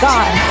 God